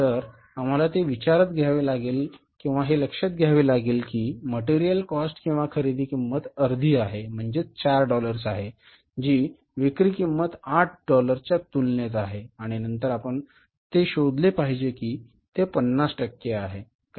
तर आम्हाला ते विचारात घ्यावे लागेल किंवा हे लक्षात घ्यावे लागेल की material cost किंवा खरेदी किंमत अर्धी आहे म्हणजेच 4 डॉलर्स आहे जी विक्री किंमत 8 डॉलरच्या तुलनेत आहे आणि नंतर आपण ते शोधले पाहिजे की ते 50 टक्के आहे